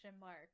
mark